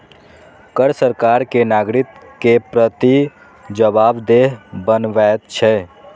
कर सरकार कें नागरिक के प्रति जवाबदेह बनबैत छै